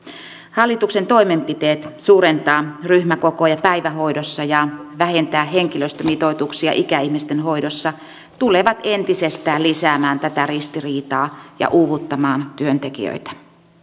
hallituksen toimenpiteet suurentaa ryhmäkokoja päivähoidossa ja vähentää henkilöstömitoituksia ikäihmisten hoidossa tulevat entisestään lisäämään tätä ristiriitaa ja uuvuttamaan työntekijöitä